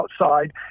outside